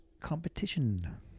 competition